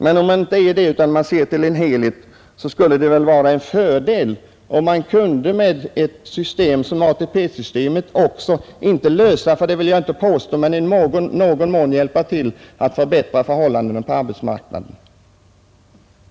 Men om man inte är det utan ser till helheten, skulle det väl vara en fördel om man kunde med ett system som ATP om inte lösa — för det vill jag inte påstå — så i någon mån hjälpa till att förbättra förhållandena på arbetsmarknaden.